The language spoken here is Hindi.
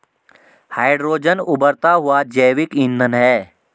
हाइड्रोजन उबरता हुआ जैविक ईंधन है